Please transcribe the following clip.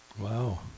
Wow